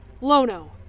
Lono